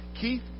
Keith